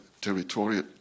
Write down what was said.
territorial